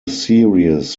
series